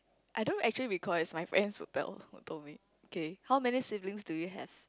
I don't actually recall it it's my friend who tell who told me okay how many siblings do you have